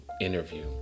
interview